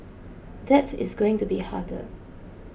that is going to be harder